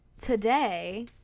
today